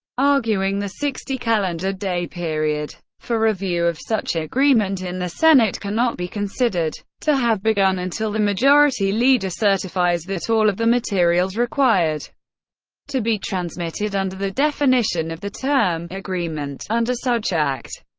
arguing, the sixty calendar day period for review of such agreement in the senate cannot be considered to have begun until the majority leader certifies that all of the materials required to be transmitted under the definition of the term agreement under such act,